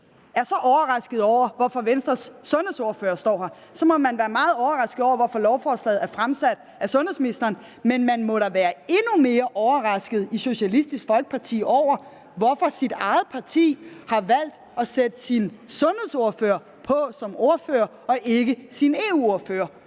er så overrasket over, at Venstres sundhedsordfører står her, så må man være meget overrasket over, at lovforslaget er fremsat af sundhedsministeren. Men man må da være endnu mere overrasket i Socialistisk Folkeparti over, at ens eget parti har valgt at sætte sin sundhedsordfører på som ordfører og ikke sin EU-ordfører.